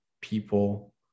people